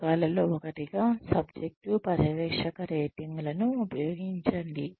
భాగాలలో ఒకటిగా సబ్జెక్టివ్ పర్యవేక్షక రేటింగ్లను ఉపయోగించండి